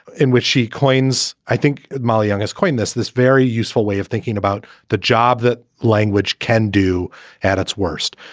in which she coin's. i think molly young as quaintness, this very useful way of thinking about the job that language can do at its worst,